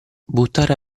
buttare